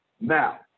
Now